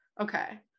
Okay